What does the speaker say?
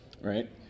right